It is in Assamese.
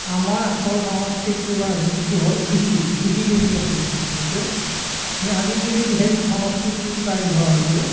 আমাৰ আচল সংস্কৃতি বা হেৰিটো হ'ল কৃষি কৃষিকেন্দ্ৰিক আছিল আচলতে কিন্তু আজিকালি সেই সংস্কৃতিটো প্ৰায় নোহোৱা হৈছে